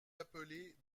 appeler